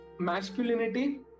masculinity